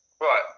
Right